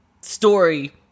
story